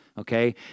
Okay